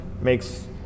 makes